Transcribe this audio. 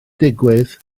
digwydd